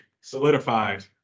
Solidified